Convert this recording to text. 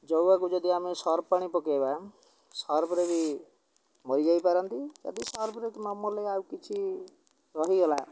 ଜଉଆକୁ ଯଦି ଆମେ ସର୍ଫ ପାଣି ପକେଇବା ସର୍ଫରେେ ବି ମରିଯାଇପାରନ୍ତି ଯଦି ସର୍ଫରେ ନମଲେ ଆଉ କିଛି ରହିଗଲା